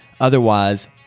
Otherwise